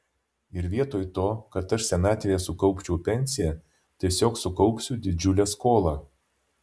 ir vietoj to kad aš senatvėje sukaupčiau pensiją tiesiog sukaupsiu didžiulę skolą